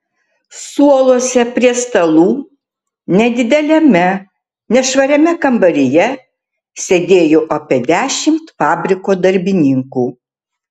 suoluose prie stalų nedideliame nešvariame kambaryje sėdėjo apie dešimt fabriko darbininkų